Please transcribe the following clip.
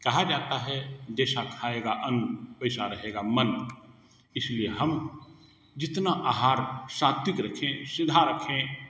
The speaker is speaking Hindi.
कहा जाता है जैसा खाएगा अन्न वैसा रहेगा मन इसीलए हम जितना आहार सात्विक रखें सीधा रखें